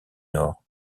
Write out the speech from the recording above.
nord